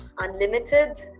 Unlimited